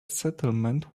settlement